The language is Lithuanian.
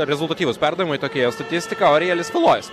rezultatyvūs perdavimai tokia jo statistika arielius tulojus